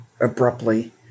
abruptly